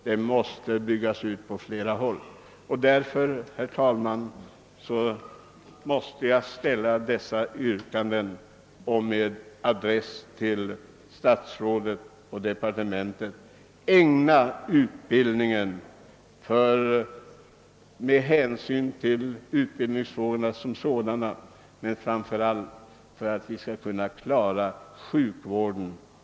Vi måste bygga ut forskningen på flera håll. Därför, herr talman, måste jag ställa dessa yrkanden och vädja till statsrådet och departementet att ägna utbild ningen stor uppmärksamhet både med hänsyn till utbildningsfrågorna som sådana och framför allt med hänsyn till att vi ute i landstingen skall kunna klara sjukvården.